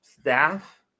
staff